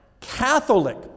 Catholic